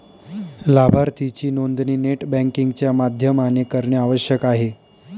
लाभार्थीची नोंदणी net banking च्या माध्यमाने करणे आवश्यक आहे